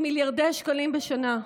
היא מיליארדי שקלים בשנה.